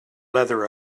leather